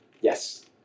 Yes